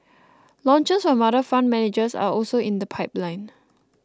launches from other fund managers are also in the pipeline